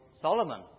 Solomon